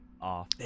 off